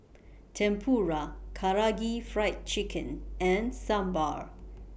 Tempura Karaage Fried Chicken and Sambar